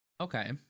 okay